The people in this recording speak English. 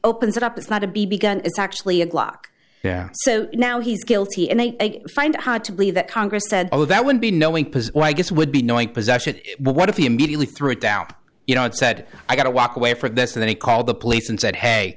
opens it up it's not a b b gun it's actually a glock so now he's guilty and they find it hard to believe that congress said oh that would be knowing i guess would be knowing possession but what if he immediately threw it down you know and said i got to walk away from this and then he called the police and said hey